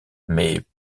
mais